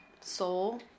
Soul